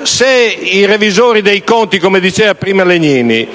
Se i revisori dei conti - come diceva prima il